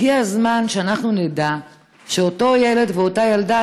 הגיע הזמן שאנחנו נדע שאותו ילד ואותה ילדה,